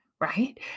right